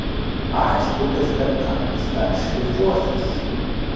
aišku kad spektaklis dar šlifuosis